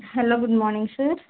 hello good morning sir